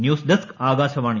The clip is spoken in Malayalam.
news desk Akashvani